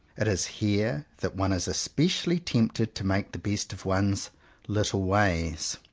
it is here that one is especially tempted to make the best of one's little ways,